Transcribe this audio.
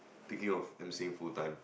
thinking of emceeing full time